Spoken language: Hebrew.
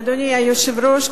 אדוני היושב-ראש,